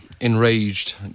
enraged